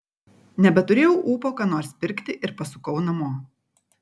nebeturėjau ūpo ką nors pirkti ir pasukau namo